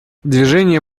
движение